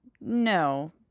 no